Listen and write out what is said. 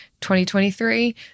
2023